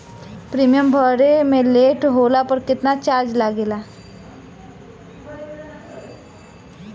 Premium भरे मे late होला पर केतना चार्ज लागेला?